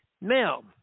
Now